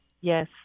Yes